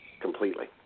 Completely